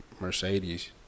Mercedes